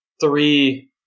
three